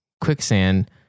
quicksand